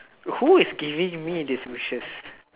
who is giving me this wishes